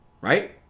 Right